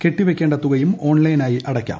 കെട്ടിവെയ്ക്കേണ്ട തുകയും ഓൺലൈനായി അടയ്ക്കാം